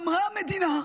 אמרה המדינה,